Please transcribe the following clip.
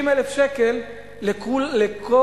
60,000 שקל לכולם,